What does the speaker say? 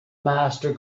master